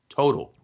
total